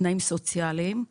תנאים סוציאליים,